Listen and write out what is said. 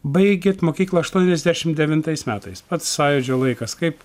baigėt mokyklą aštuoniasdešim devintais metais pats sąjūdžio laikas kaip